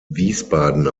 wiesbaden